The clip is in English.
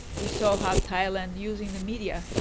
we saw how thailand using the media,